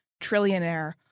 trillionaire